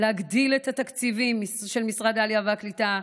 להגדיל את התקציבים של משרד העלייה והקליטה.